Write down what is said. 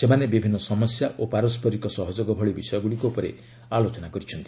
ସେମାନେ ବିଭିନ୍ନ ସମସ୍ୟା ଓ ପାରସ୍କରିକ ସହଯୋଗ ଭଳି ବିଷୟଗୁଡ଼ିକ ଉପରେ ଆଲୋଚନା କରିଛନ୍ତି